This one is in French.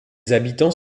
habitants